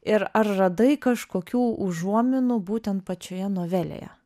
ir ar radai kažkokių užuominų būtent pačioje novelėje